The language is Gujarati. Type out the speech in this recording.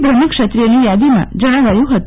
બ્રહમક્ષત્રિયની યાદોમાં જણાવાયું હત